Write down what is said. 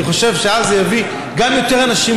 כי אני חושב שאז זה יביא גם יותר אנשים